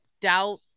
doubt